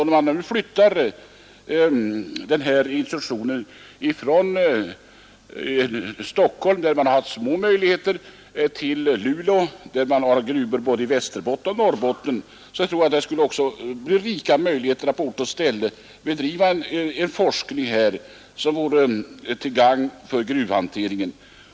Om institutionen flyttas från Stockholm, där man har haft små möjligheter till praktiska studier, till Luleå där det finns gruvor i både Västerbotten och Norrbotten, borde det bli rika möjligheter att på ort och ställe bedriva en forskning som vore till gagn för gruvhanteringen.